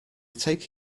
take